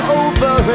over